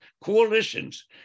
coalitions